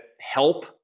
help